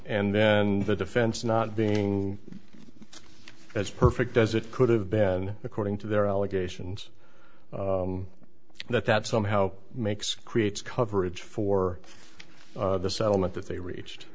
and then the defense not being as perfect as it could have been according to their allegations that that somehow makes creates coverage for the settlement that they reached